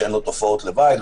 שאין לו תופעות לוואי,